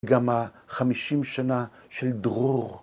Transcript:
גם החמישים שנה של דרור.